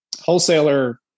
wholesaler